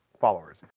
followers